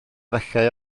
efallai